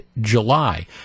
July